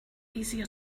easier